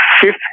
fifth